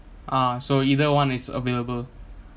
ah so either one is available